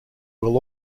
will